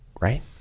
Right